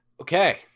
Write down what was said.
Okay